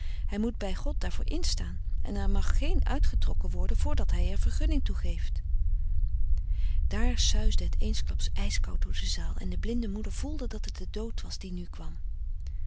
hij moet bij god daarvoor instaan er mag er geen uitgetrokken worden voordat hij er vergunning toe geeft daar suisde het eensklaps ijskoud door de zaal en de blinde moeder voelde dat het de dood was die nu kwam